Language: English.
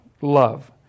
love